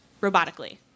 robotically